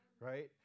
Right